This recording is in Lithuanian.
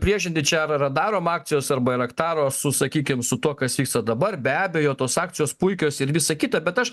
priešinti čia ar radarom akcijos ar bairaktaro su sakykim su tuo kas vyksta dabar be abejo tos akcijos puikios ir visa kita bet aš